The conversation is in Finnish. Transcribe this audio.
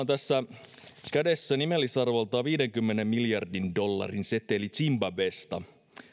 tässä kädessä nimellisarvoltaan viidenkymmenen miljardin dollarin seteli zimbabwesta